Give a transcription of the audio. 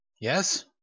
Yes